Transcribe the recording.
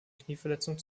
knieverletzung